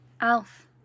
Alf